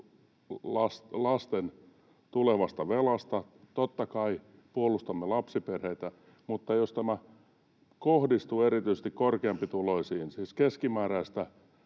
lasten tulevasta velasta. Totta kai puolustamme lapsiperheitä, mutta jos tämä kohdistuu erityisesti korkeampituloisiin, siis keskimääräistä